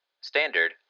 standard